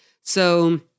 So-